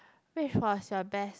which was your best